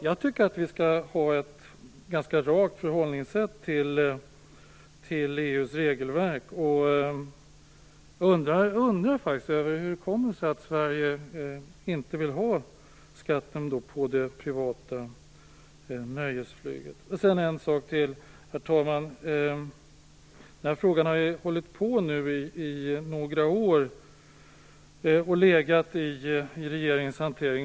Jag tycker att vi skall ha ett ganska rakt förhållningssätt till EU:s regelverk. Jag undrar faktiskt hur det kommer sig att Sverige inte vill ha skatt på det privata nöjesflyget. Herr talman! Den här frågan har legat i regeringens hantering i många år.